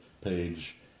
page